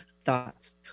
thoughts